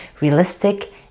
realistic